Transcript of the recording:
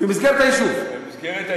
במסגרת היישוב.